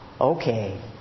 okay